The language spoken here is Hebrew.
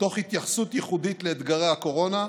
תוך התייחסות ייחודית לאתגרי הקורונה.